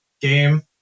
game